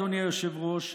אדוני היושב-ראש,